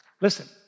Listen